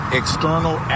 external